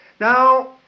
Now